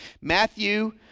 matthew